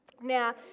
Now